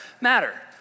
matter